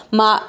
ma